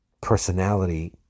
personality